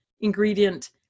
ingredient